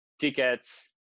tickets